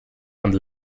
hand